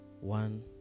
One